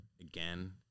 again